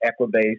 equibase